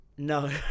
No